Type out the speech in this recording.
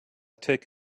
take